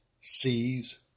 seas